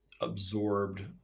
absorbed